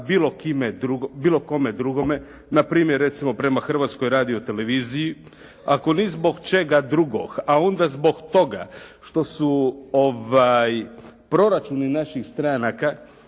bilo kome drugome. Npr. recimo prema Hrvatskoj radio televiziji, ako ni zbog čega drugog, a onda zbog toga što su proračuni naših stranaka